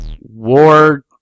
War